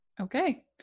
Okay